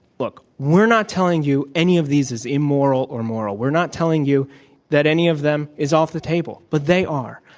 look, we're not telling you any of these is immoral or moral. we're not telling you that any of them is off the table, but they are.